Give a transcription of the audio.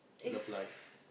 love life